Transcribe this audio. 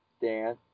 Dan